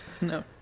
No